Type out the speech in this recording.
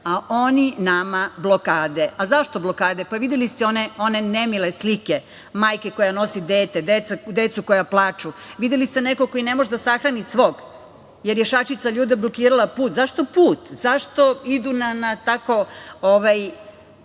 a oni nama blokade.Zašto blokade? Videli ste one nemile slike majke koja nosi dete, decu koja plaču, videli ste nekog koji ne može da sahrani svog, jer je šačica ljudi blokirala put. Zašto put? Zašto idu na tako